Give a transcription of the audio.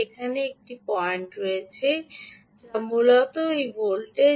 এখানে একটি পয়েন্ট রয়েছে যা মূলত এই ভোল্টেজ